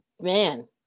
man